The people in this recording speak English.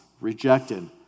rejected